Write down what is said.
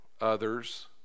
others